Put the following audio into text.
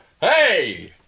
hey